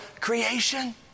creation